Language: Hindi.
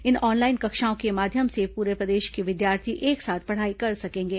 इन ऑनलाइन कक्षाओं के माध्यम से पूरे प्रदेश के विद्यार्थी एक साथ पढ़ाई कर सकेंगे